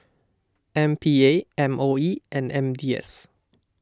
M P A M O E and M D I S